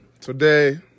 today